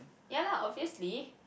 ya lah obviously